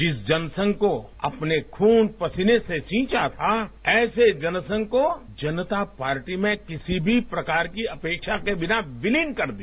जिस जनसंघ को अपने खून पसीने से सींचा था ऐसे जनसंघ को जनता पार्टी में किसी भी प्रकार की अपेक्षा के बिना विलीन कर दिया